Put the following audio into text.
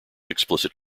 explicit